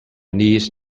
niece